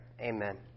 Amen